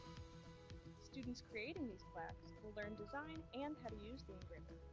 students creating these plaques will learn design and how to use the engraver.